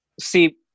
See